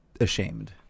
ashamed